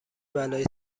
بلایی